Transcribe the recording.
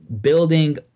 building